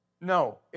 No